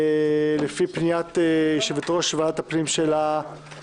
לפי פניית יושבת-ראש ועדת הפנים של הכנסת.